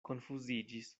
konfuziĝis